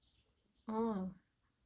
oh